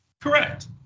Correct